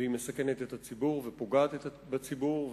והיא מסכנת את הציבור ופוגעת בציבור.